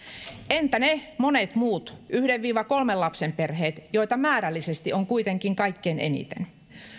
entä ne monet muut yhden viiva kolmen lapsen perheet joita määrällisesti on kuitenkin kaikkein eniten